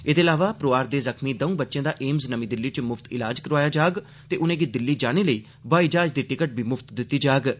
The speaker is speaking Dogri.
एहदे इलावा परोआर दे जख्मी दौं बच्चें दा एम्स नमीं दिल्ली च म्फ्त इलाज करोआया जाग ते उनेंगी दिल्ली जाने लेई ब्हाई जहाज दी टिकट बी मुफ्त दिती गेई ऐ